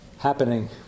happening